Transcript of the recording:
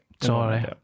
sorry